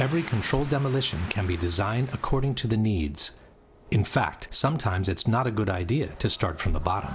every controlled demolition can be designed according to the needs in fact sometimes it's not a good idea to start from the bottom